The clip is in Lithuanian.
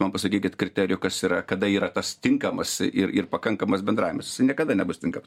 man pasakykit kriterijų kas yra kada yra tas tinkamas ir ir pakankamas bendravimas jisai niekada nebus tinkamas